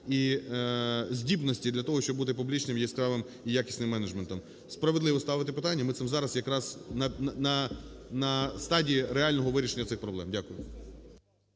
і здібності для того, щоб бути публічним, яскравим і якісним менеджментом. Справедливо ставите питання, ми цим зараз якраз на стадії реального вирішення цих проблем. Дякую.